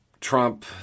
Trump